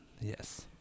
yes